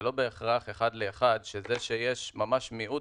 זה לא בהכרח אחד לאחד שזה שיש ממש מיעוט